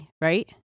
right